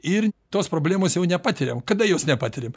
ir tos problemos jau nepatiriam kada jos nepatiriam